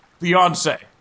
Beyonce